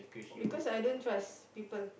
because I don't trust people